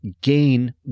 gain